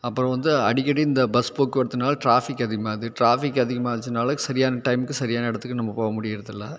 அப்புறம் வந்து அடிக்கடி இந்த பஸ் போக்குவரத்தினால் டிராஃபிக் அதிகமாகுது ட்ராஃபிக் அதிகமாச்சுனால் சரியான டைமுக்கு சரியான இடத்துக்கு நம்ம போக முடியிறதில்லை